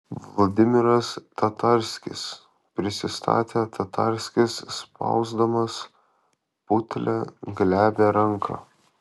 vladimiras tatarskis prisistatė tatarskis spausdamas putlią glebią ranką